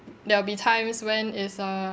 there'll be times when is err